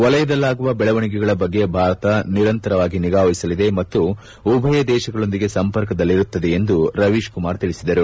ವಲಯದಲ್ಲಾಗುವ ಬೆಳವಣಿಗೆಗಳ ಬಗ್ಗೆ ಭಾರತ ನಿರಂತರವಾಗಿ ನಿಗಾವಹಿಸಲಿದೆ ಮತ್ತು ಉಭಯ ದೇಶಗಳೊಂದಿಗೆ ಸಂಪರ್ಕದಲ್ಲಿರುತ್ತದೆ ಎಂದು ರವೀಶ್ ಕುಮಾರ್ ತಿಳಿಸಿದರು